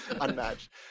Unmatched